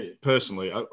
Personally